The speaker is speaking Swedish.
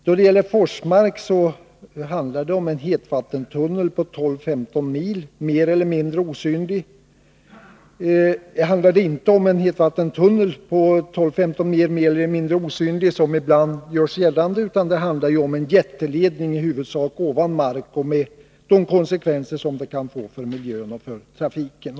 När det gäller hetvatten från Forsmark handlar det inte om en mer eller mindre osynlig hetvattentunnel på 12-15 mil — som ibland görs gällande — utan det handlar om en jätteledning i huvudsak ovan mark och med de konsekvenser som detta kan få för miljön och trafiken.